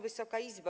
Wysoka Izbo!